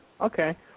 Okay